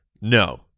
No